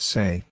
Say